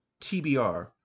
TBR